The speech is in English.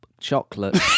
chocolate